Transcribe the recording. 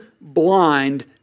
blind